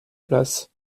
place